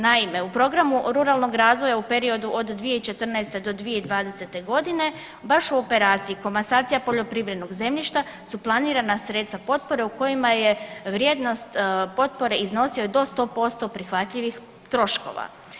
Naime, u programu ruralnog razvoja u periodu od 2014. do 2020.g. baš u operaciji „Komasacija poljoprivrednog zemljišta“ su planirana sredstva potpore u kojima je vrijednost potpore iznosio do 100% prihvatljivih troškova.